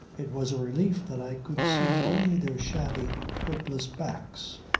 it was a relief that i could see only their shabby hopeless backs.